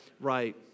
right